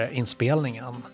inspelningen